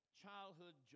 childhood